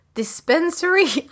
dispensary